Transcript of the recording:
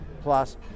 Plus